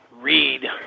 read